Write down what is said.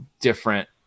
different